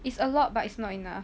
it's a lot but it's not enough